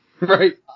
Right